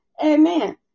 amen